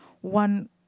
One